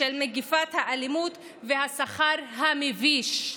בשל מגפת האלימות והשכר המביש.